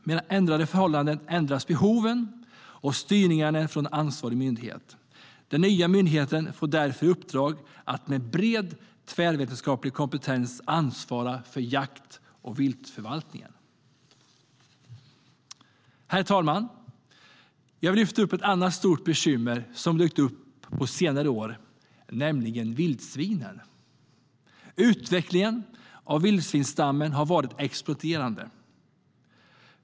Med ändrade förhållanden ändras behoven och styrningen från ansvarig myndighet. Den nya myndigheten får därför i uppdrag att med bred tvärvetenskaplig kompetens ansvara för jakt och viltförvaltning. Utvecklingen av vildsvinsstammen har varit exploderande.